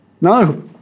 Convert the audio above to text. No